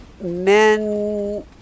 Men